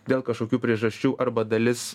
dėl kažkokių priežasčių arba dalis